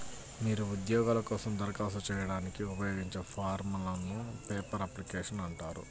మీరు ఉద్యోగాల కోసం దరఖాస్తు చేయడానికి ఉపయోగించే ఫారమ్లను పేపర్ అప్లికేషన్లు అంటారు